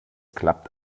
klappt